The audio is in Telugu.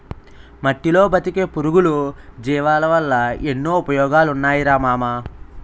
మట్టిలో బతికే పురుగులు, జీవులవల్ల ఎన్నో ఉపయోగాలున్నాయిరా మామా